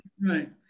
right